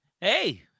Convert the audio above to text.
Hey